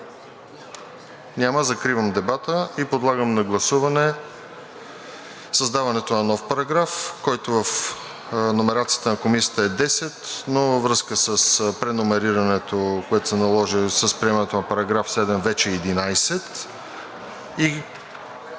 Няма. Закривам дебата и подлагам на гласуване създаването на нов параграф, който в номерацията на Комисията е 10, но във връзка с преномерирането, което се наложи с приемането на § 7, вече 11,